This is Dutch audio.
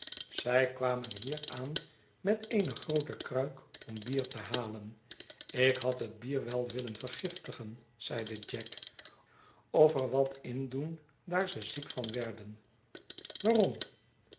zij kwamen hier aan met eene groote kruik om bier te halen ik had het bier wel willen vergiftigen zeide jack of er watindoen daar ze ziek vanwerden waarom